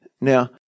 Now